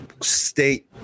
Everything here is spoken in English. state